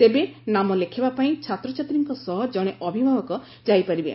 ତେବେ ନାମ ଲେଖାଇବା ପାଇଁ ଛାତ୍ରଛାତ୍ରୀଙ୍କ ସହ ଜଣେ ଅଭିଭାବକ ଯାଇପାରିବେ